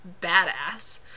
badass